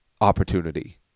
opportunity